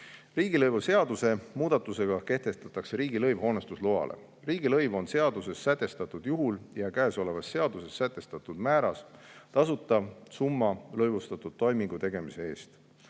Riigilõivuseaduse muudatusega kehtestatakse riigilõiv hoonestusloale. Riigilõiv on seaduses sätestatud juhul ja käesolevas seaduses sätestatud määras tasutav summa lõivustatud toimingu tegemise eest.